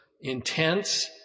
intense